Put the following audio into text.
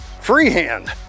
freehand